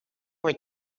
were